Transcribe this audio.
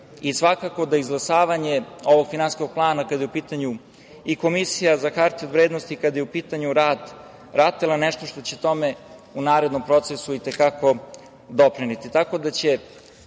i svakako da izglasavanje ovog Finansijskog plana, kada je u pitanju i Komisija za hartije od vrednosti i kada je u pitanju rad RATEL-a nešto što će tome u narednom procesu i te kako doprineti,